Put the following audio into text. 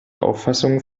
auffassungen